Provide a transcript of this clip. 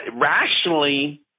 rationally